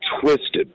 twisted